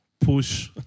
push